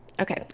Okay